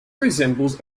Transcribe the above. resembles